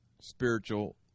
spiritual